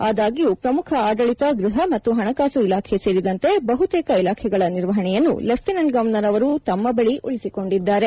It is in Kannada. ಆದಾಗ್ಯೂ ಪ್ರಮುಖ ಆದಳಿತ ಗೃಹ ಮತ್ತು ಹಣಕಾಸು ಇಲಾಖೆ ಸೇರಿದಂತೆ ಬಹುತೇಕ ಇಲಾಖೆಗಳ ನಿರ್ವಹಣೆಯನ್ನು ಲೆಫ್ಚಿನೆಂಟ್ ಗವರ್ನರ್ ಅವರು ತಮ್ಮ ಬಳಿ ಉಳಿಸಿಕೊಂಡಿದ್ದಾರೆ